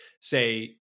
say